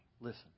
Listen